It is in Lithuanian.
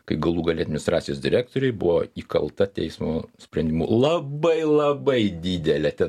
kai galų gale administracijos direktoriui buvo įkalta teismo sprendimu labai labai didelė ten